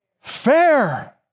Fair